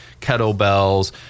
kettlebells